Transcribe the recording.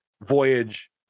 voyage